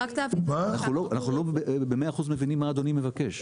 אנחנו לא במאה אחוז מבינים מה אדוני מבקש.